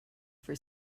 for